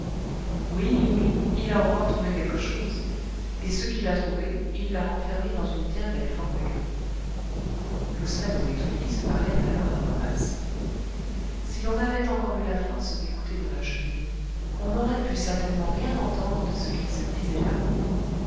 oui oui il a encore trouvé quelque chose et ce qu'il a trouvé il l'a enfermé dans une bien belle formule loustalot et tobie se parlèrent alors à voix basse si l'on avait encore eu la force d'écouter dans la cheminée on n'aurait pu certainement rien entendre de ce qu'ils se disaient là